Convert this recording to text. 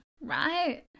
right